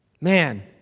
Man